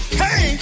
hey